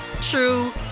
true